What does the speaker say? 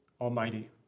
Almighty